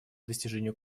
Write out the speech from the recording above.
достижению